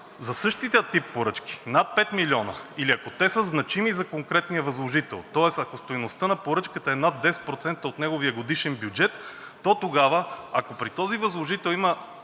за същия тип поръчки, над 5 милиона, или ако те са значими за конкретния възложител, тоест, ако стойността на поръчката е над 10% от неговия годишен бюджет, то тогава, ако при този възложител има